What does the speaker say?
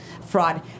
fraud